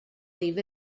leave